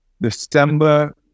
December